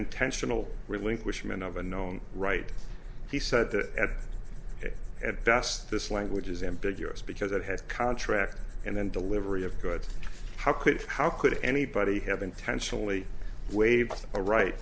intention relinquishment of a known right he said that at best this language is ambiguous because it has a contract and then delivery of goods how could how could anybody have intentionally waved a right